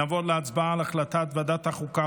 נעבור להצבעה על הצעת ועדת החוקה,